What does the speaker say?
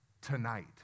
tonight